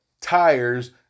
tires